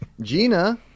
gina